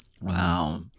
Wow